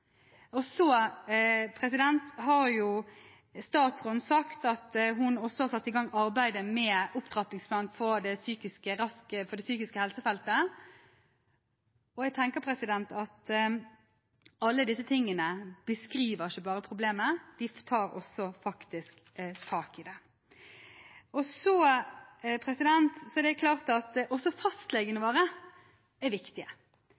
har også sagt at hun har satt i gang arbeidet med opptrappingsplan på det psykiske helsefeltet. Jeg tenker at alle disse tingene ikke bare beskriver problemet, de tar også faktisk tak i det. Det er klart at også fastlegene våre er viktige,